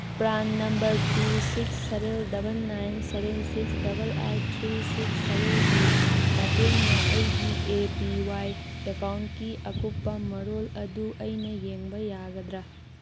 PRAN number two six seven double nine seven six double eight three six ꯁꯚꯦꯟꯒꯤ ꯃꯇꯦꯡꯅ ꯑꯩꯒꯤ A P Y ꯑꯦꯀꯥꯎꯟꯒꯤ ꯑꯀꯨꯞꯄ ꯃꯔꯣꯜ ꯑꯗꯨ ꯑꯩꯅ ꯌꯦꯡꯕ ꯌꯥꯒꯗ꯭ꯔꯥ